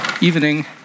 evening